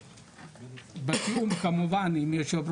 בתיאום כמובן עם יו"ר